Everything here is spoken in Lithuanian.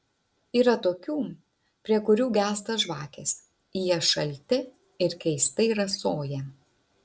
yra tokių prie kurių gęsta žvakės jie šalti ir keistai rasoja